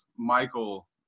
Michael